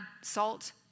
salt